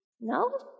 No